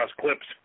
clips